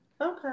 okay